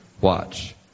watch